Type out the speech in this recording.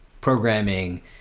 programming